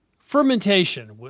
Fermentation